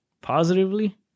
positively